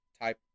type